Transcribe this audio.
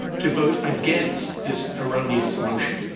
to vote against this erroneous motion.